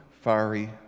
fiery